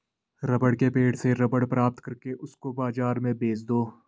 rubber के पेड़ से रबर प्राप्त करके उसको बाजार में बेच दो